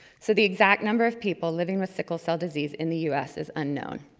so the exact number of people living with sickle cell disease in the u s. is unknown.